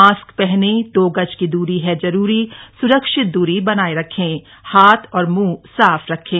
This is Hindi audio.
मास्क पहने दो गज की दूरी है जरूरी सुरक्षित दूरी बनाए रखें हाथ और मुंह साफ रखें